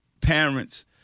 parents